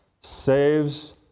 saves